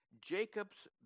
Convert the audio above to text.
Jacob's